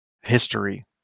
history